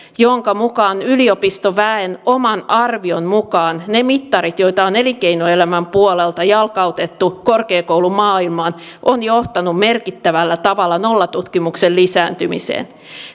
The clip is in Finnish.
jonka mukaan yliopistoväen oman arvion mukaan ne mittarit joita on elinkeinoelämän puolelta jalkautettu korkeakoulumaailmaan ovat johtaneet merkittävällä tavalla nollatutkimuksen lisääntymiseen